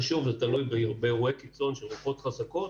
ושוב זה תלוי באירועי קיצון של רוחות חזקות,